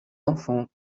enfants